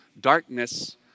darkness